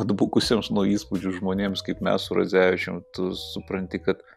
atbukusiems nuo įspūdžių žmonėms kaip mes su radzevičium tu supranti kad